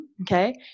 okay